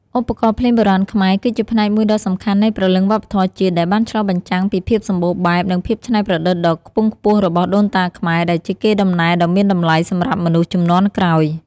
ឧបករណ៍ភ្លេងបុរាណខ្មែរ គឺជាផ្នែកមួយដ៏សំខាន់នៃព្រលឹងវប្បធម៌ជាតិ ដែលបានឆ្លុះបញ្ចាំងពីភាពសម្បូរបែប និងភាពច្នៃប្រឌិតដ៏ខ្ពង់ខ្ពស់របស់ដូនតាខ្មែរ ដែលជាកេរដំណែលដ៏មានតម្លៃសម្រាប់មនុស្សជំនាន់ក្រោយ។